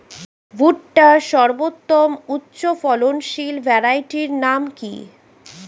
ভুট্টার সর্বোত্তম উচ্চফলনশীল ভ্যারাইটির নাম কি?